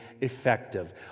effective